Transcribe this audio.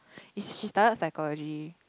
is she studied psychology